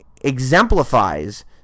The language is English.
exemplifies